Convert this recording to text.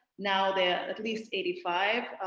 now there are at least eighty five.